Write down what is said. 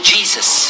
Jesus